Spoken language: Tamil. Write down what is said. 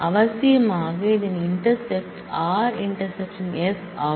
அவசியமாக இதன் இன்டெர்செக்ட் r ᴖ s ஆகும்